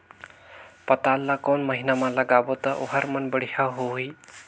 पातल ला कोन महीना मा लगाबो ता ओहार मान बेडिया होही?